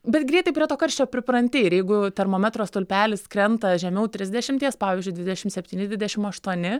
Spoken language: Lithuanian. bet greitai prie to karščio pripranti ir jeigu termometro stulpelis krenta žemiau trisdešimties pavyzdžiui dvidešimt septyni dvidešimt aštuoni